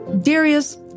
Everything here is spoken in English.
Darius